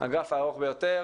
האגף הארוך ביותר